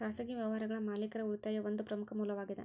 ಖಾಸಗಿ ವ್ಯವಹಾರಗಳ ಮಾಲೇಕರ ಉಳಿತಾಯಾ ಒಂದ ಪ್ರಮುಖ ಮೂಲವಾಗೇದ